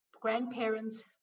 grandparents